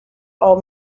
old